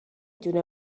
دونه